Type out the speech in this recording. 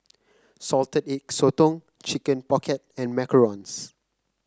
Salted Egg Sotong Chicken Pocket and macarons